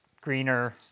greener